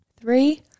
three